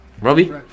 Robbie